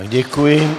Děkuji.